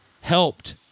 helped